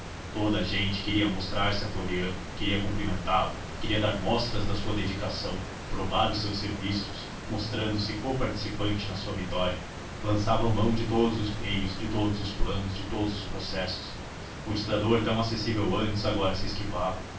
toda a gente queria mostrar-se a floriano queria cumprimentá-lo queria dar mostras de sua dedicação provar os seus serviços mostrando-se co participante na sua vitória lançavam mão de todos os meios de todos os planos de todos os processos o ditador tão acessível antes agora se esquivava